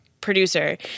producer